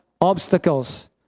obstacles